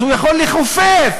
יכול לכופף